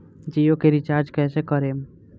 जियो के रीचार्ज कैसे करेम?